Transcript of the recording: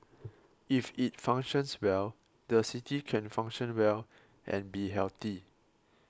if it functions well the city can function well and be healthy